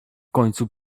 końcu